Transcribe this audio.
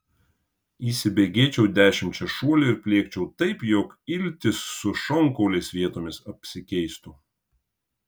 įsibėgėčiau dešimčia šuolių ir pliekčiau taip jog iltys su šonkauliais vietomis apsikeistų